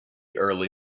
early